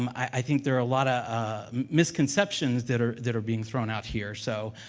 um i think there are a lot of, ah, misconceptions that are that are being thrown out here, so,